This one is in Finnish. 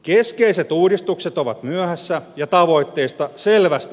keskeiset uudistukset ovat myöhässä ja tavoitteista selvästi